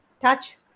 touch